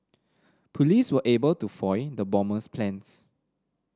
police were able to foil the bomber's plans